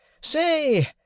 Say